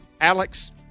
alex